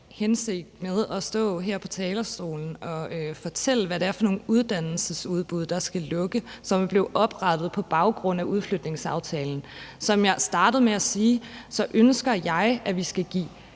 hensigt om at stå her på talerstolen og fortælle, hvad det er for nogle uddannelsesudbud, der skal lukke, som er blevet oprettet på baggrund af udflytningsaftalen. Som jeg startede med at sige, ønsker jeg, at vi skal give